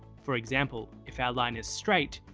for example, if our line is straight,